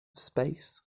space